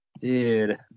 Dude